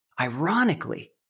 ironically